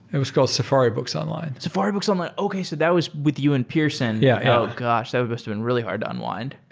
it was called safari books online. safari books online. okay. so that was with you and pearson. yeah oh gosh! that must've been really hard to unwind.